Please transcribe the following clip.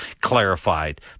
clarified